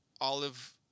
olive